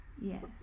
Yes